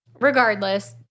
regardless